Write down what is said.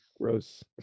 Gross